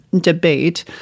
debate